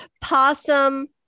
Possum